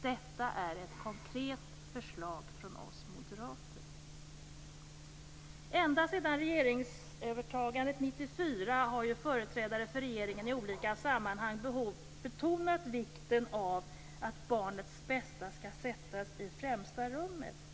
Detta är ett konkret förslag från oss moderater. Ända sedan regeringsövertagandet 1994 har företrädare för regeringen i olika sammanhang betonat vikten av att barnets bästa skall sättas i främsta rummet.